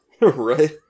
Right